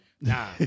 Nah